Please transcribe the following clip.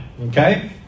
Okay